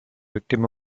victim